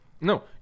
No